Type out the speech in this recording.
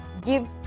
Give